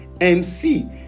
MC